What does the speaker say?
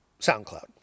SoundCloud